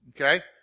okay